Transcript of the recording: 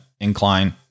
incline